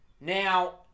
Now